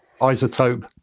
isotope